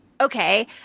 Okay